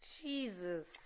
Jesus